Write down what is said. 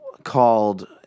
Called